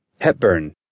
Hepburn